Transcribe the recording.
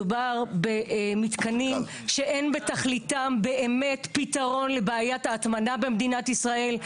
מדובר במתקנים שאין בתכליתם באמת פתרון לבעיית ההטמנה במדינת ישראל.